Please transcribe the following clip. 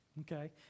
okay